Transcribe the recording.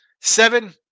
seven